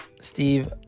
Steve